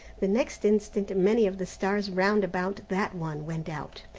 the next instant many of the stars round about that one went out,